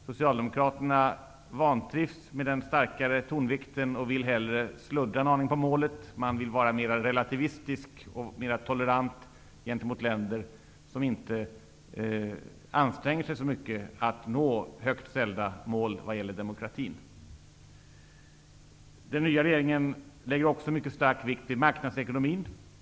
Socialdemokraterna vantrivs med denna starkare tonvikt och vill hellre sluddra en aning på målet. Man vill vara mer relativistisk och mer tolerant gentemot länder som inte anstränger sig så mycket för att nå högt ställda mål vad gäller demokratin. Den nya vägen lägger också mycket stor vikt vid marknadsekonomin.